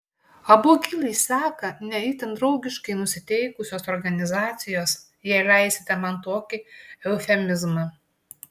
abu akylai seka ne itin draugiškai nusiteikusios organizacijos jei leisite man tokį eufemizmą